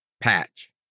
Patch